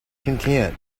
content